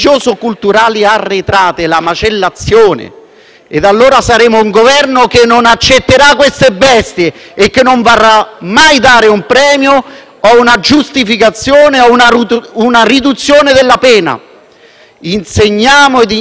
sarà quindi un Governo che non accetterà queste bestie e che non vorrà mai dare un premio, una giustificazione o una riduzione della pena. Insegniamo ed obblighiamo al rispetto delle donne.